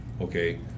okay